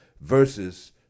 versus